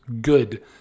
good